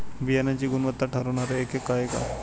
बियाणांची गुणवत्ता ठरवणारे एकक आहे का?